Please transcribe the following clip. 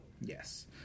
yes